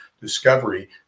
discovery